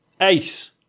Ace